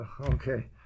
okay